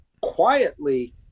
quietly